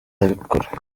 arabikora